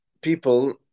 people